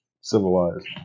civilized